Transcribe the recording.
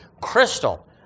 crystal